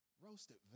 Roasted